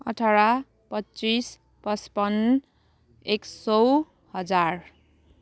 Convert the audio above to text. अठार पच्चिस पच्पन्न एक सौ हजार